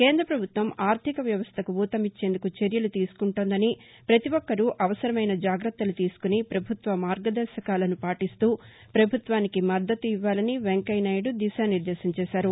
కేంద్ర ప్రభుత్వం ఆర్థిక వ్యవస్థకు ఊతమిచ్చేందుకు చర్యలు తీసుకుంటోందని పతి ఒక్కరూ అవసరమైన జాగ్రత్తలు తీసుకుని పభుత్వ మార్గదర్భకాలను పాటిస్తూ పభుత్వానికి మద్దతు ఇవ్వాలని వెంకయ్య నాయుడు దిశానిర్లేశం చేశారు